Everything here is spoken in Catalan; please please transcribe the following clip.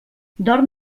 dorm